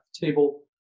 table